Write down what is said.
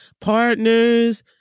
partners